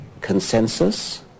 consensus